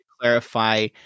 clarify